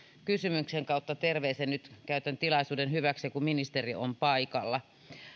kysymyksen kautta terveisen nyt käytän tilaisuuden hyväksi kun ministeri on paikalla